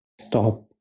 stop